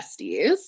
besties